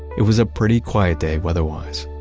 it was a pretty quiet day weather wise.